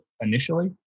initially